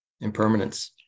impermanence